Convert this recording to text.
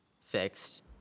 fixed